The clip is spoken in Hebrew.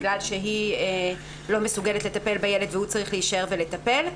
בגלל שהיא לא מסוגלת לטפל בילד והוא צריך להישאר ולטפל.